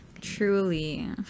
Truly